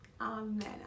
Amen